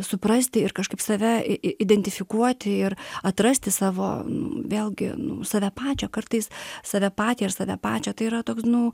suprasti ir kažkaip save identifikuoti ir atrasti savo vėlgi save pačią kartais save patį ar save pačią tai yra toks nu